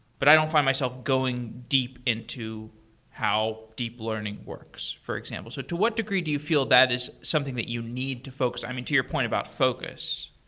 but i don't find myself going deep into how deep learning works, for example so to what degree do you feel that is something that you need to focus? i mean, to your point about focus.